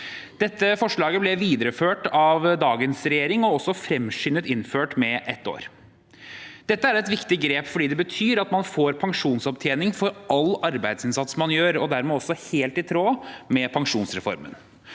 Dette forslaget ble videreført av dagens regjering og også fremskyndet innført med ett år. Dette er et viktig grep fordi det betyr at man får pensjonsopptjening for all arbeidsinnsats man gjør, og det er dermed også helt i tråd med pensjonsreformen.